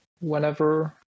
whenever